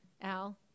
Al